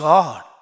God